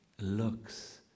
looks